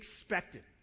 expected